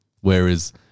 whereas